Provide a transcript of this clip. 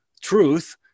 truth